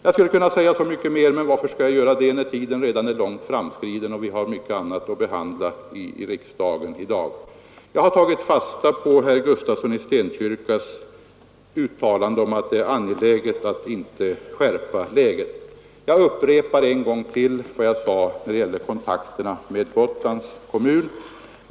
Jag skulle kunna säga mycket mer, men varför skall jag göra det när tiden redan är långt framskriden och vi har flera ärenden att behandla i riksdagen i dag? Jag har tagit fasta på herr Gustafssons i Stenkyrka uttalande om att det är angeläget att inte skärpa läget. Jag upprepar en gång till vad jag sade när det gäller kontakterna med Gotlands kommun.